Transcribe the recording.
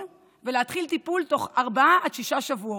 ולהתחיל טיפול תוך ארבעה עד שישה שבועות.